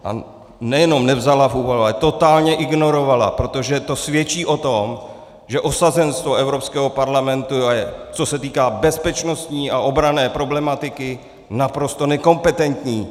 A nejenom nevzala v úvahu, ale totálně ignorovala, protože to svědčí o tom, že osazenstvo Evropského parlamentu je, co se týká bezpečnostní a obranné problematiky, naprosto nekompetentní.